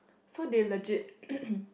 so they legit